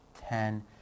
ten